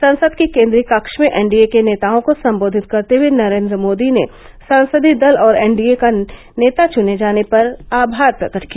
संसद के केंद्रीय कक्ष में एनडीए के नेताओं को संबोधित करते हए नरेंद्र मोदी ने संसदीय दल और एनडीए का नेता चुने जाने पर आभार प्रकट किया